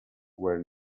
were